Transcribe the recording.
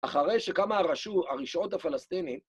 אחרי שקמה הרשות הפלסטינית